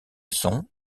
son